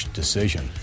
decision